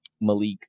Malik